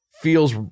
feels